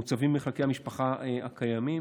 הם מוצבים במחלקי המשפחה הקיימים.